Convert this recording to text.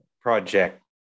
project